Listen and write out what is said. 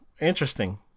Interesting